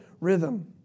rhythm